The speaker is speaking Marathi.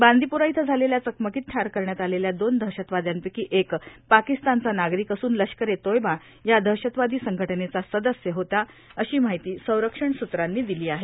बांदीपोरा इथं झालेल्या चकमकीत ठार करण्यात आलेल्या दोन दहशतवाद्यांपैकी एक पाकिस्तानचा नागरिक असून लष्कर ए तोयबा या दहशतवादी संघटनेचा सदस्य होता अशी माहिती संरक्षण सूत्रांनी दिली आहे